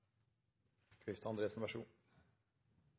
Kvifte Andresen